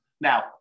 Now